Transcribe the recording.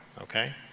okay